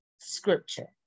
scripture